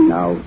Now